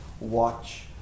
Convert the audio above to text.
watch